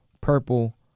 purple